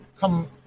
come